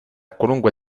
qualunque